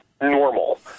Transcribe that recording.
normal